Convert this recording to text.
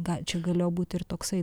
ga čia galėjo būti ir toksai